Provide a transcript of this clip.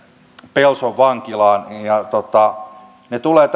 pelson vankilaan ne korjaukset tulevat